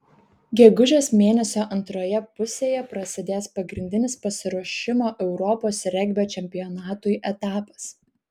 gegužės mėnesio antroje pusėje prasidės pagrindinis pasiruošimo europos regbio čempionatui etapas